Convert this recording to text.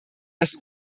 das